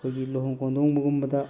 ꯑꯩꯈꯣꯏꯒꯤ ꯂꯨꯍꯣꯡ ꯈꯣꯡꯗꯣꯡꯕꯒꯨꯝꯕꯗ